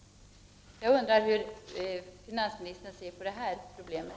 Jag undrar hur finansministern ser på problemen.